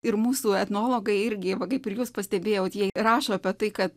ir mūsų etnologai irgi va kaip ir jūs pastebėjot jei rašo apie tai kad